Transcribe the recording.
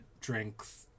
drinks